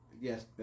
Yes